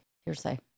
Hearsay